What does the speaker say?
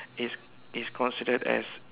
is is considered as